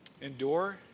endure